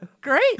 great